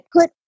put